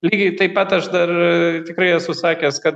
lygiai taip pat aš dar tikrai esu sakęs kad